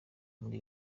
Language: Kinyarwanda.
muri